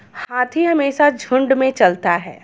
हाथी हमेशा झुंड में चलता है